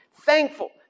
Thankful